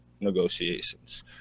negotiations